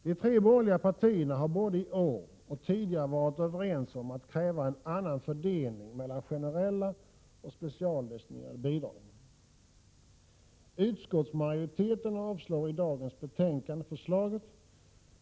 De tre borgerliga partierna har både i år och tidigare varit överens om att kräva en annan fördelning mellan generella och specialdestinerade bidrag. Utskottsmajoriteten avstyrker i dagens betänkande förslaget.